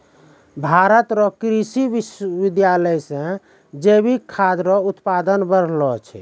भारत रो कृषि विश्वबिद्यालय से जैविक खाद रो उत्पादन बढ़लो छै